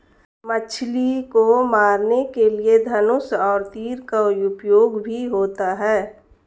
मछली को मारने के लिए धनुष और तीर का उपयोग भी होता है